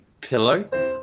pillow